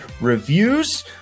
reviews